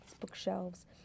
bookshelves